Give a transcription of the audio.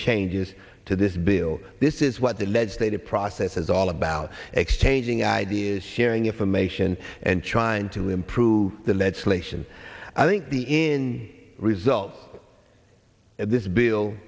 changes to this bill this is what the legislative process is all about exchanging ideas sharing information and trying to improve the legislation i think the in result of this bill